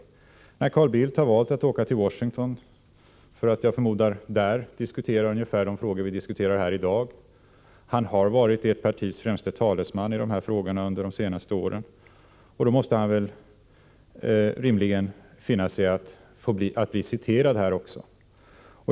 Men när Carl Bildt har valt att åka till Washington för att där, förmodar jag, diskutera ungefär de frågor vi diskuterar här i dag — han har ju varit ert partis främste talesman i de här frågorna under de senaste åren — måste han rimligen finna sig i att bli citerad här också.